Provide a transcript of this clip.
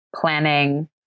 planning